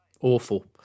awful